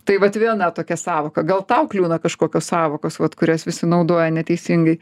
tai vat viena tokia sąvoka gal tau kliūna kažkokios sąvokos vat kurias visi naudoja neteisingai